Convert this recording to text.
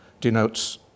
denotes